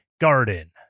garden